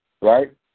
right